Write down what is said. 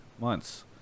months